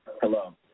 Hello